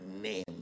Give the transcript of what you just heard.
name